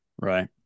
Right